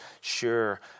sure